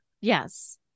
Yes